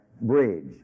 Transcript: bridge